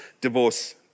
divorce